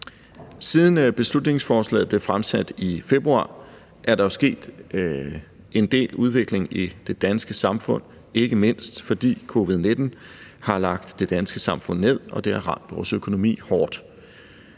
Siden beslutningsforslaget blev fremsat i februar, er der jo sket en del udvikling i det danske samfund, ikke mindst fordi covid-19 har lagt det danske samfund ned, og det har ramt vores økonomi hårdt.